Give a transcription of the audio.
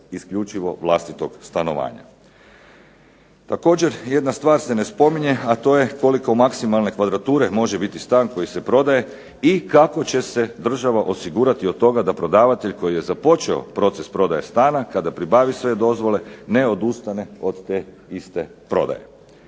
isključivo vlastitog stanovanja. Također jedna stvar se ne spominje a to je koliko maksimalne kvadrature može biti stan koji se prodaje i kako će se država osigurati od toga da prodavatelj koji je započeo proces prodaje stana kada pribavi sve dozvole ne odustane od te iste prodaje.